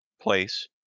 place